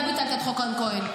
אתה ביטלת את חוק רן כהן,